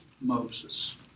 Moses